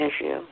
issue